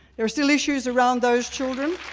there are still issues around those children.